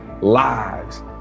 lives